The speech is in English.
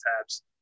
tabs